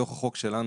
בתוך החוק שלנו,